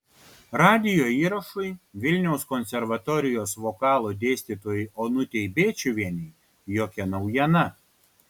radijo įrašai vilniaus konservatorijos vokalo dėstytojai onutei bėčiuvienei jokia naujiena